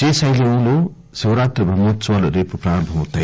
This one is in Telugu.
శ్రీశైలంలో శివరాత్రి బ్రహ్మోత్సవాలు రేపు ప్రారంభమౌతాయి